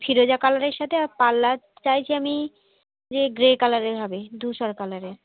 ফিরোজা কালারের সাথে আর পাল্লা চাইছি আমি গ্রে কালারের হবে ধূসর কালারের